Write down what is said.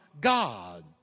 God